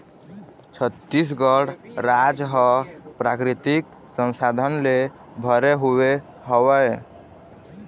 छत्तीसगढ़ राज ह प्राकृतिक संसाधन ले भरे हुए हवय